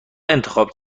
انتخاب